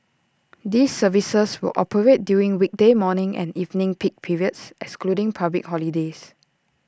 these services will operate during weekday morning and evening peak periods excluding public holidays